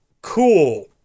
cool